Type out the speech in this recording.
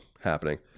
happening